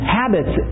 habits